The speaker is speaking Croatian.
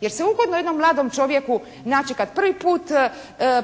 Jer se uporno jednom malom čovjeku, znači kad prvi